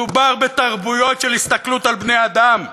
מדובר בתרבויות של הסתכלות על בני-אדם,